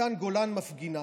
מתן גולן, מפגינה.